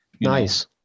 Nice